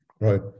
Right